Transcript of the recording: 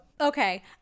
Okay